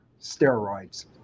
steroids